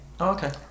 Okay